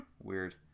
Weird